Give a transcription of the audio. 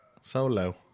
Solo